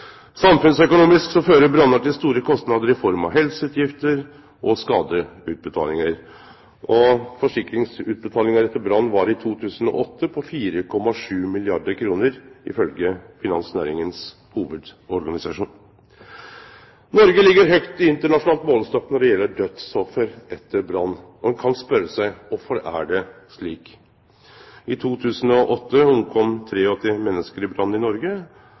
Samfunnsøkonomisk fører brannar til store kostnader i form av helseutgifter og skadeutbetalingar. Forsikringsutbetalingar etter brann var i 2008 på 4,7 milliardar kr ifølgje Finansnæringens Hovedorganisasjon. Noreg ligg høgt i internasjonal målestokk når det gjeld dødsoffer etter brann, og ein kan spørje seg: Korfor er det slik? I 2008 omkom 83 menneske i brann i Noreg,